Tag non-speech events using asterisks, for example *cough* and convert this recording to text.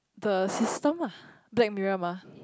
the system lah Black Mirror mah *breath*